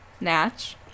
Natch